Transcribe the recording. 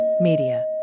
media